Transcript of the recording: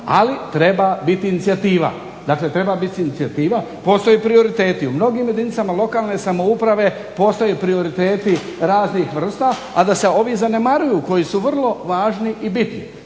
Ali treba biti inicijativa. Dakle, treba biti inicijativa. Postoje prioriteti. U mnogim jedinicama lokalne samouprave postoje prioriteti raznih vrsta, a da se ovi zanemaruju koji su vrlo važni i bitni.